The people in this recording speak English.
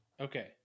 okay